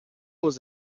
was